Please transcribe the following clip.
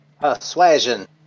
Persuasion